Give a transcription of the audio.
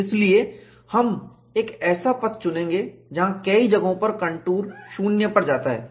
इसलिए हम एक पथ चुनेंगे जहाँ कई जगहों पर कंटूर शून्य पर जाता है